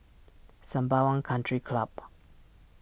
Sembawang Country Club